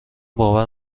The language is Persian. باور